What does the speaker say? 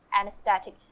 anesthetic